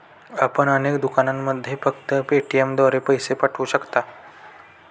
आपण अनेक दुकानांमध्ये फक्त पेटीएमद्वारे पैसे पाठवू शकता